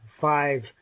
five